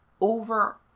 over